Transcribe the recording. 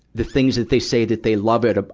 the things that they say that they love it, ah